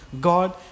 God